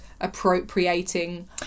appropriating